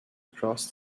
across